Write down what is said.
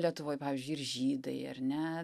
lietuvoj pavyzdžiui ir žydai ar ne